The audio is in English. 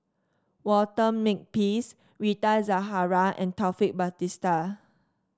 Walter Makepeace Rita Zahara and Taufik Batisah